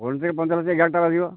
ଗାଡ଼ିଟା ରହିବ